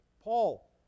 Paul